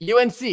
UNC